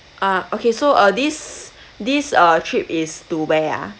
uh okay so uh this this uh trip is to where ah